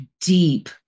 deep